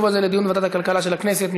הזה לדיון בוועדת הכלכלה של הכנסת.